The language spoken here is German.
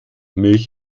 milch